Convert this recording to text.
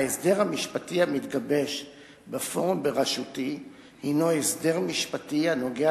ההסדר המשפטי המתגבש בפורום בראשותי הינו הסדר משפטי הנוגע